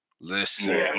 listen